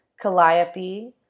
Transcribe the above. Calliope